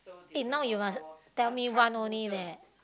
eh now you must tell me one only leh